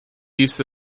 use